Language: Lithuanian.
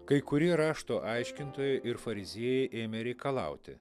kai kurie rašto aiškintojai ir fariziejai ėmė reikalauti